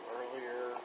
earlier